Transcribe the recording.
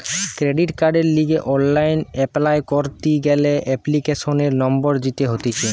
credit কার্ডের লিগে online apply করতি গ্যালে এপ্লিকেশনের নম্বর দিতে হতিছে